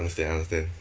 understand understand